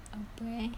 apa eh